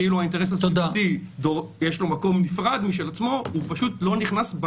-- כאילו לאינטרס הסביבתי יש מקום נפרד משל עצמו והוא פשוט לא נכנס.